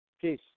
Peace